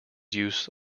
use